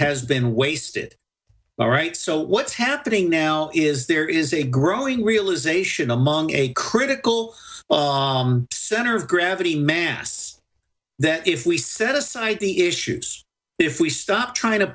has been wasted all right so what's happening now is there is a growing realization among a critical center of gravity mass that if we set aside the issues if we stop trying to